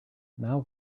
now